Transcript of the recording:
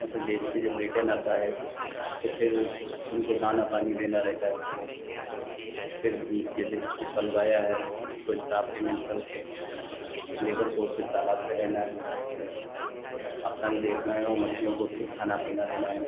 और फ़िर बेचकर जब रिटन आता है तो फ़िर उनको दाना पानी देना रहता है उसको फ़िर जैसे जिसने पलवाया है उसको हिसाब पेमेन्ट करके लेबर को फ़िर तालाब पर रहना है अपना अपना भी देखना है और मछलियों को फ़िर खाना पीना देना है